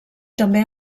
també